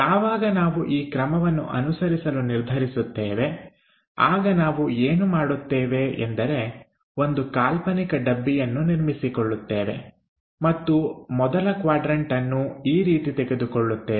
ಯಾವಾಗ ನಾವು ಈ ಕ್ರಮವನ್ನು ಅನುಸರಿಸಲು ನಿರ್ಧರಿಸುತ್ತೇವೆ ಆಗ ನಾವು ಏನು ಮಾಡುತ್ತೇವೆ ಎಂದರೆ ಒಂದು ಕಾಲ್ಪನಿಕ ಡಬ್ಬಿಯನ್ನು ನಿರ್ಮಿಸಿಕೊಳ್ಳುತ್ತೇವೆ ಮತ್ತು ಮೊದಲ ಕ್ವಾಡ್ರನ್ಟ ಅನ್ನು ಈ ರೀತಿ ತೆಗೆದುಕೊಳ್ಳುತ್ತೇವೆ